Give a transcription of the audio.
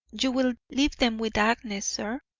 you will leave them with agnes, sir?